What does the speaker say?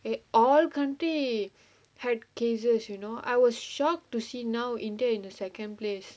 all country had cases you know I was shocked to see now india in the second place